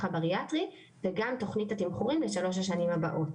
הבריאטרי וגם תוכנית התמחורים לשלוש השנים הבאות.